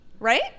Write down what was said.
Right